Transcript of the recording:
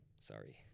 Sorry